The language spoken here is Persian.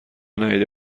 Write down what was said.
ندیده